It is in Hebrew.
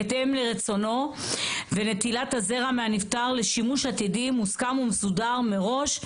בהתאם לרצונו ונטילת הזרע מהנפטר לשימוש עתידי מוסכם ומסודר מראש,